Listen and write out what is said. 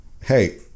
Hey